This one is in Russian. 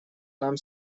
нам